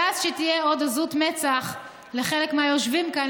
ואז שתהיה עוד עזות מצח לחלק מהיושבים כאן